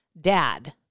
dad